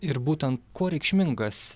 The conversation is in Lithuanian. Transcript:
ir būtent kuo reikšmingas